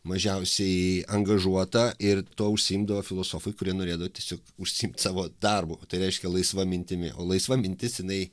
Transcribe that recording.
mažiausiai angažuota ir tuo užsiimdavo filosofai kurie norėdavo tiesiog užsiimt savo darbu tai reiškia laisva mintimi o laisva mintis jinai